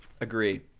Agree